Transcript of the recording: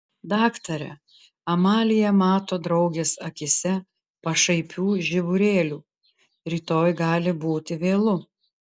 daktare amalija mato draugės akyse pašaipių žiburėlių rytoj gali būti vėlu